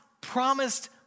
promised